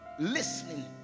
Listening